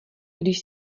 když